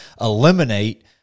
eliminate